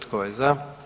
Tko je za?